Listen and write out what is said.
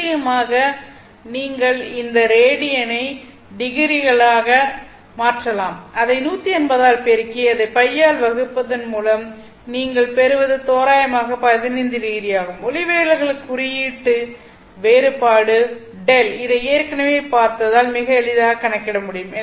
நிச்சயமாக நீங்கள் இந்த ரேடியனை டிகிரிகளாக மாற்றலாம் அதை 180 ஆல் பெருக்கி அதைப் π ஆல் வகுப்பதன் மூலம் நீங்கள் பெறுவது தோராயமாக 15ᵒ ஆகும் ஒளிவிலகல் குறியீட்டு வேறுபாடு Δ இதை ஏற்கனவே பார்த்ததால் மிக எளிதாக கணக்கிட முடியும்